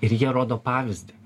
ir jie rodo pavyzdį